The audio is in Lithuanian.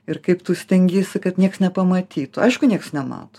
ir kaip tu stengiesi kad nieks nepamatytų aišku nieks nemato